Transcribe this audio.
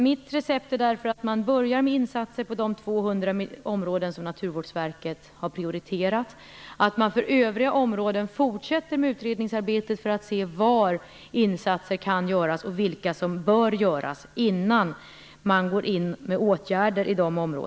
Mitt recept är därför att man börjar med insatser på de 200 områden som Naturvårdsverket har prioriterat och att man för övriga områden fortsätter med utredningsarbetet för att se var insatser kan göras och vilka insatser som bör göras innan man går in med åtgärder.